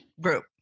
group